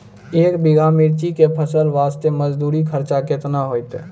एक बीघा मिर्ची के फसल वास्ते मजदूरी खर्चा केतना होइते?